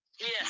Yes